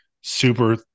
super